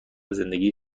زندگی